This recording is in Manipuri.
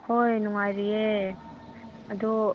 ꯍꯣꯏ ꯅꯨꯡꯉꯥꯏꯔꯤꯌꯦ ꯑꯗꯣ